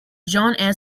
john